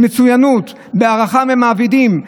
בהערכה ממעבידים,